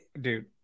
dude